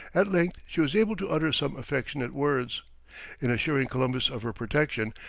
at length she was able to utter some affectionate words in assuring columbus of her protection,